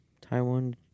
Taiwan